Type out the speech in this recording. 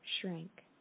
shrink